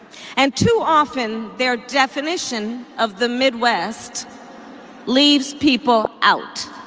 and too often, their definition of the midwest leaves people out.